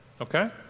Okay